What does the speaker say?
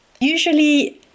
usually